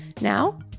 Now